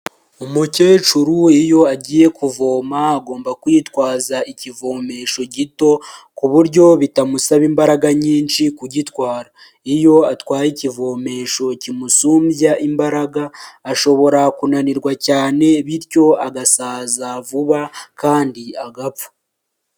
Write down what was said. Umukecuru iyo agiye kuvoma agomba kwitwaza ikivomesho gito, ku buryo bitamusaba imbaraga nyinshi kugitwara, iyo atwaye ikivomesho kimusumbya imbaraga ashobora kunanirwa cyane, bityo agasaza vuba kandi agapfa.